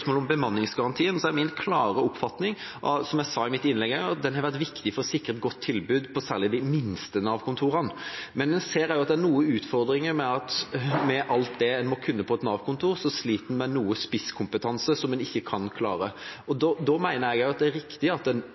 om bemanningsgarantien er min klare oppfatning, som jeg også sa i mitt innlegg, at den har vært viktig for å sikre et godt tilbud på særlig de minste Nav-kontorene. Men en ser også at det er noen utfordringer. Med alt det en må kunne på et Nav-kontor, sliter en med noe spisskompetanse, og en kan ikke klare alt. Da mener jeg det er riktig at en